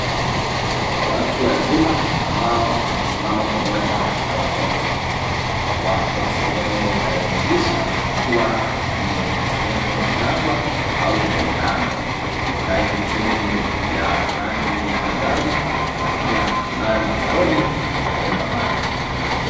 Watu wazima ambao wamesimama pamoja na watoto, wako sehemu inayodhihirisha kuwa ni sehemu ya jangwa au yenye ukame. Kunayo mitungi ya rangi ya manjano na pia kunayo matoroli ya kubeba maji.